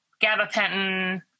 gabapentin